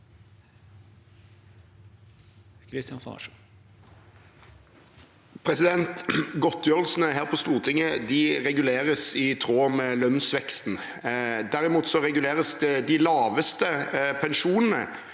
Kristjánsson (R) Godtgjørelsene her på Stortinget reguleres i tråd med lønnsveksten. Derimot reguleres de laveste pensjonene